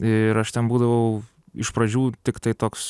ir aš ten būdavau iš pradžių tiktai toks